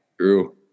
True